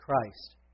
Christ